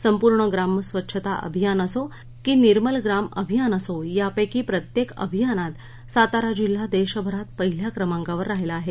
संपूर्ण ग्रामस्वच्छता अभियान असो की निर्मलग्राम अभियान असो यापैकी प्रत्येक अभियानात सातारा जिल्हा देशभरात पहिल्या क्रमांकावर राहिला आहे